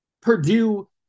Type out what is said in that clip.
Purdue